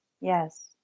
Yes